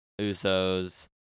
Usos